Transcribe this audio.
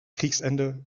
kriegsende